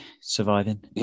surviving